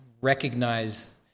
recognize